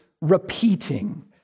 repeating